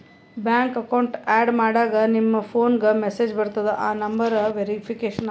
bank account add ಮಾಡಾಗ್ ನಿಮ್ ಫೋನ್ಗ ಮೆಸೇಜ್ ಬರ್ತುದ್ ಆ ನಂಬರ್ ವೇರಿಫಿಕೇಷನ್ ಆತುದ್